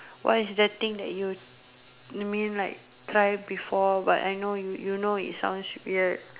what is the thing that you you mean like try it before but I know you know it sounds weird